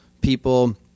people